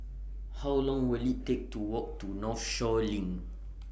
How Long Will IT Take to Walk to Northshore LINK